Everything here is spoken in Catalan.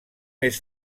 més